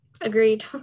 Agreed